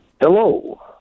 Hello